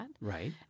Right